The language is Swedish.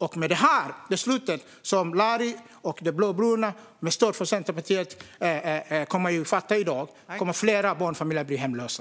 Och med det beslut som Larry och de blåbruna, med stöd av Centerpartiet, kommer att fatta i dag kommer fler barnfamiljer att bli hemlösa.